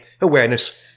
awareness